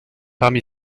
parmi